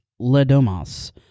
Ledomas